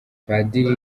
padiri